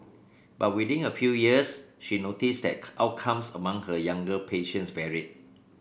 but within a few years she noticed that outcomes among her younger patients varied